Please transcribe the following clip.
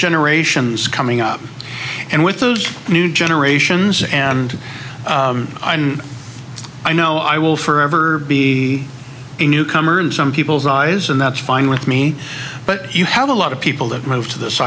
generations coming up and with those new generations and i know i will forever be a newcomer in some people's eyes and that's fine with me but you have a lot of people that move to th